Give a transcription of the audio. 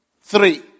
three